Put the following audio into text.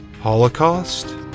Holocaust